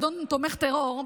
אדון תומך טרור,